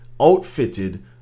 outfitted